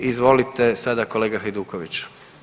Izvolite sada kolega Hajduković.